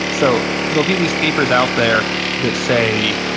so they'll be these papers out there that say,